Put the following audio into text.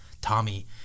Tommy